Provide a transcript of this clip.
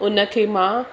उन खे मां